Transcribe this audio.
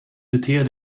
beter